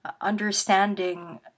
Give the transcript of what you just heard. understanding